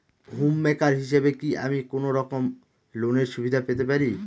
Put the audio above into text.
Home maker হিসেবে কি আমি কোনো রকম লোনের সুবিধা পেতে পারি?